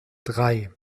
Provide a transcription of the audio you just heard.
drei